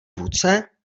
vůdce